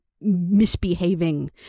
misbehaving